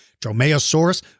Dromaeosaurus